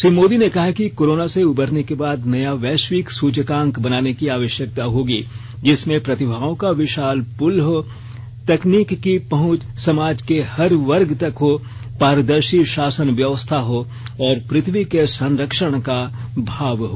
श्री मोदी ने कहा कि कोरोना से उबरने के बाद नया वैश्विक सूचकांक बनाने की आवश्यकता होगी जिसमें प्रतिभाओं का विशाल पूल हो तकनीक की पहुंच समाज के हर वर्ग तक हो पारदर्शी शासन व्यवस्था हो और पृथ्वी के संरक्षण का माव हो